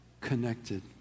connected